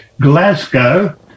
Glasgow